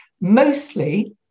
Mostly